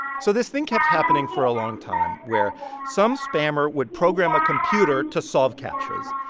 so this thing kept happening for a long time where some spammer would program a computer to solve captchas.